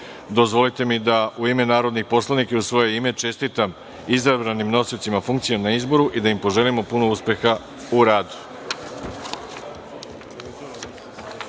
odluke. Dozvolite mi da, u ime narodnih poslanika i u svoje ime, čestitam izabranim nosiocima funkcija na izboru i da im poželimo puno uspeha u